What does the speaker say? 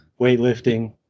weightlifting